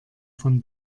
von